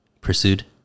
Pursued